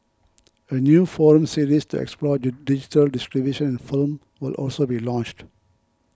a new forum series to explore digital distribution in film will also be launched